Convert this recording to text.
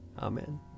Amen